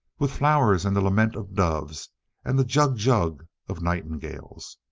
with flowers and the lament of doves and the jug-jug of nightingales.